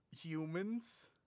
humans